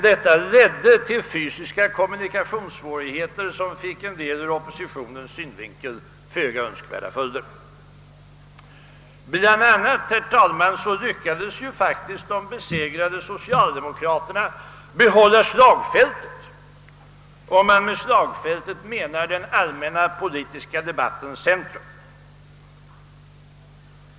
Detta ledde till fysiska kommunikationssvårigheter som fick en del ur oppositionens synvinkel föga önskvärda följder. Bl. a. lyckades, herr talman, faktiskt de besegrade socialdemokraterna behålla slagfältet — om man med slagfältet menar den allmänna politiska debattens centrum.